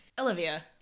olivia